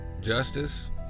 justice